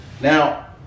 Now